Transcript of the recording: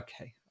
okay